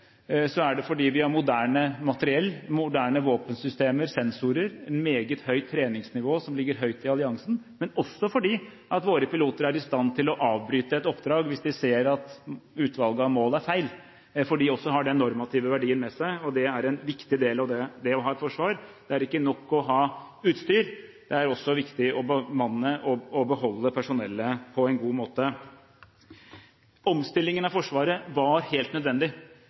er det fordi vi har moderne materiell, moderne våpensystemer, sensorer, et meget høyt treningsnivå, som ligger høyt i alliansen, men det er også fordi våre piloter er i stand til å avbryte et oppdrag hvis de ser at utvalget av mål er feil, for de også har den normative verdien med seg, og det er en viktig del av det å ha et forsvar. Det er ikke nok å ha utstyr, det er også viktig å bemanne og beholde personellet på en god måte. Omstillingen av Forsvaret var helt nødvendig.